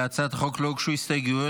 להצעת החוק לא הוגשו הסתייגויות,